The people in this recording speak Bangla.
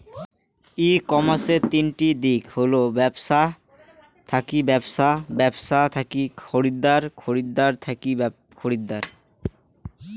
ই কমার্সের তিনটি দিক হল ব্যবছা থাকি ব্যবছা, ব্যবছা থাকি খরিদ্দার, খরিদ্দার থাকি খরিদ্দার